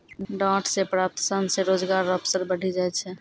डांट से प्राप्त सन से रोजगार रो अवसर बढ़ी जाय छै